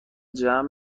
جمع